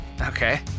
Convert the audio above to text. okay